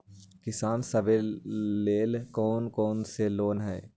किसान सवे लेल कौन कौन से लोने हई?